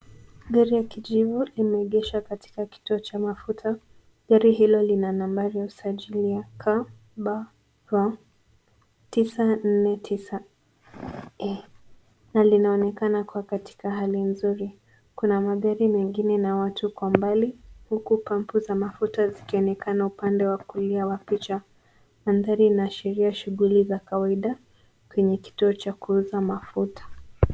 Gari ya kijivu limeegeshwa katika kituo cha mafuta gari hilo lina nambari ya usajili ya KBY tisa, nne, tisa E, na linaonekana kua katika hali nzuri. Kuna magari mengine na watu kwa mbali huku pampu za mafuta zikionekana upande wa kulia wa picha madhari zinaashiria na shuguli za kawaida kwenye kituo cha kuuza mafuta.